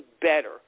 better